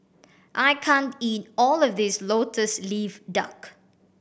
I can't eat all of this Lotus Leaf Duck